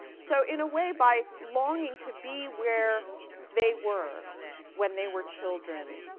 so, in a way, by longing to be where they were when they were children,